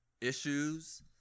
issues